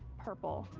purple,